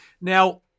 Now